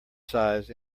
size